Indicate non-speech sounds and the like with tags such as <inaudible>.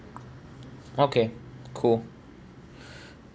okay cool <breath>